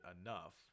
enough